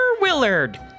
Willard